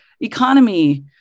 economy